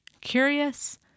curious